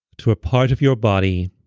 to a part of your body